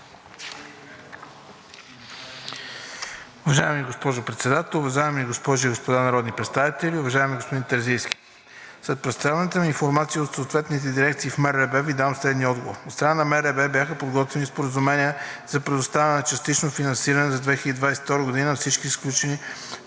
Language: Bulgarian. Уважаема госпожо Председател, уважаеми госпожи и господа народни представители! Уважаеми господин Терзийски, след предоставената ми информация от съответните дирекции в МРРБ Ви давам следния отговор: От страна на МРРБ бяха подготвени споразумения за предоставяне на частично финансиране за 2022 г. на всички включени